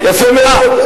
יפה מאוד.